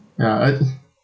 ya I